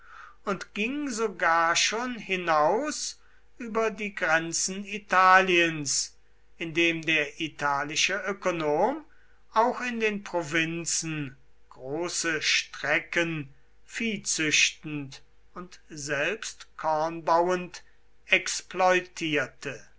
und ging sogar schon hinaus über die grenzen italiens indem der italische ökonom auch in den provinzen große strecken viehzüchtend und selbst kornbauend exploitierte